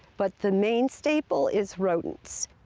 but the main staple is rodents.